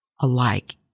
alike